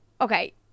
okay